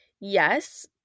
Yes